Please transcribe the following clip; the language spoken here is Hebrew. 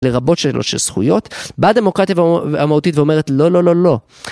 לרבות שאלות של זכויות. באה הדמוקרטיה המהותית ואומרת לא לא לא לא